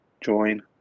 join